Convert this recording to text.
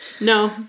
No